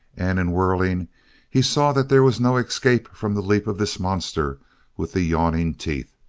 and in whirling he saw that there was no escape from the leap of this monster with the yawning teeth.